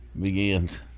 begins